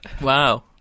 Wow